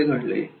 कसे घडले